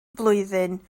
flwyddyn